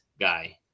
guy